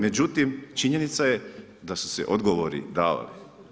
Međutim, činjenica je da su se odgovori davali.